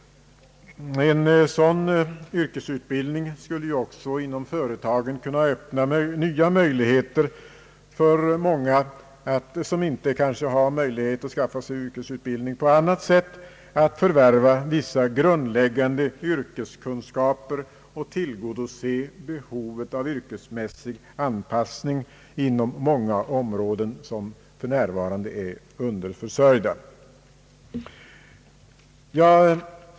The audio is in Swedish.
En sådan utveckling skulle också inom företagen kunna öppna nya möjligheter för många, som kanske inte har tillfälle att skaffa sig yrkesutbildning på annat sätt, att förvärva vissa grundläggande yrkeskunskaper, och tillgodose behovet av yrkesmässig anpassning inom många områden som för närvarande är underförsörjda.